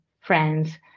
friends